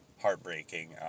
heartbreaking